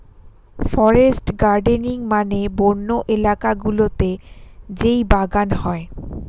forest gardening মানে বন্য এলাকা গুলোতে যেই বাগান হয়